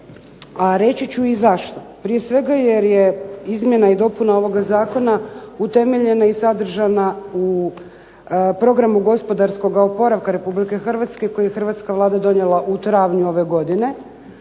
A reći ću i zašto. Prije svega jer je izmjena i dopuna ovoga zakona utemeljena i sadržana u programu gospodarskoga oporavka Republike Hrvatske, koji je hrvatska Vlada donijela u travnju ove godine,